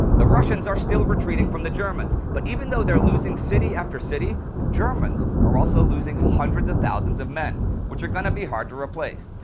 the russians are still retreating from the germans, but even though they're losing city after city, the germans are also losing hundreds of thousands of men, which are gonna be hard to replace.